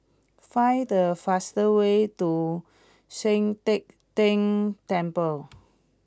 find the fastest way to Sian Teck Tng Temple